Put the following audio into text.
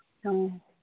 ꯑ